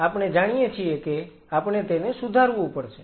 પછી આપણે જાણીએ છીએ કે આપણે તેને સુધારવું પડશે